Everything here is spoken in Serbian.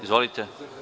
Izvolite.